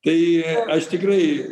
tai aš tikrai